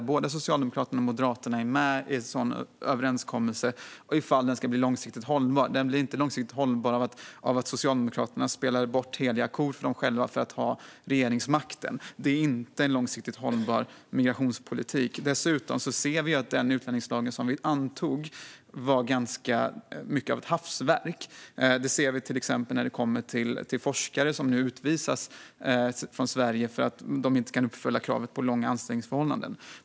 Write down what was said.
Både Socialdemokraterna och Moderaterna måste vara med i en sådan överenskommelse om den ska bli långsiktigt hållbar. Den blir inte långsiktigt hållbar av att Socialdemokraterna spelar bort heliga kor för dem själva för att ha regeringsmakten. Det är inte en långsiktigt hållbar migrationspolitik. Dessutom ser vi att den utlänningslag som vi antog var ganska mycket av ett hafsverk. Det ser vi till exempel när forskare nu utvisas från Sverige för att de inte kan uppfylla kravet på långa anställningsförhållanden.